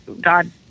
God